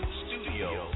studio